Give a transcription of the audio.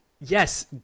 Yes